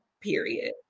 period